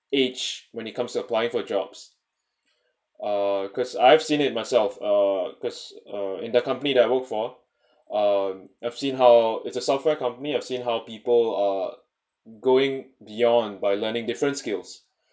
age when it comes to applying for jobs uh because I've seen it myself uh because uh in the company that I work for um I've seen how it's a software company I've seen how people are going beyond by learning different skills